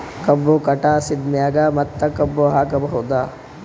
ಕಬ್ಬು ಕಟಾಸಿದ್ ಮ್ಯಾಗ ಮತ್ತ ಕಬ್ಬು ಹಾಕಬಹುದಾ?